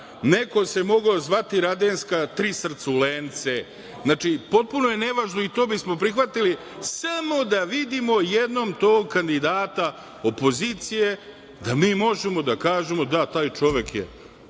neko se mogao zvati radenska tri srculence, znači potpuno je nevažno i bi smo prihvatili samo da vidimo jednom tog kandidata opozicije da mi možemo da kažemo da taj čovek je